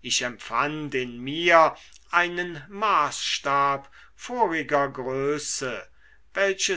ich empfand in mir einen maßstab voriger größe welches